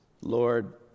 Lord